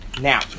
now